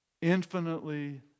infinitely